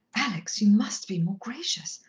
alex, you must be more gracious.